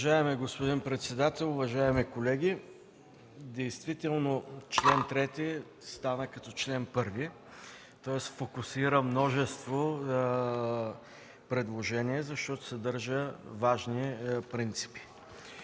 Уважаеми господин председател, уважаеми колеги! Действително чл. 3 стана като чл. 1 –фокусира множество предложения, защото съдържа важни принципи.